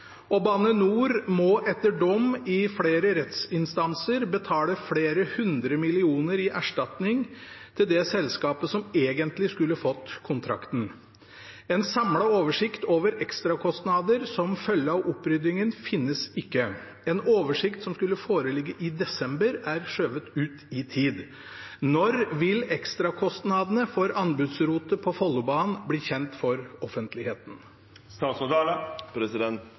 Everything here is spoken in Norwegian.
og Bane NOR må etter dom i flere rettsinstanser betale flere hundre millioner i erstatning til det selskapet som egentlig skulle fått kontrakten. En samlet oversikt over ekstrakostnader som følge av oppryddingen finnes ikke. En oversikt som skulle foreligge i desember, er skjøvet ut i tid. Når vil ekstrakostnadene for anbudsrotet på Follobanen bli kjent for offentligheten?»